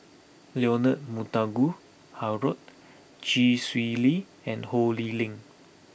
Leonard Montague Harrod Chee Swee Lee and Ho Lee Ling